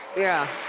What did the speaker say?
yeah,